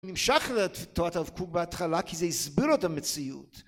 נמשך לתורת הרב קוק בהתחלה, כי זה הסביר לו את המציאות